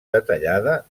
detallada